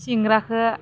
सिंग्राखौ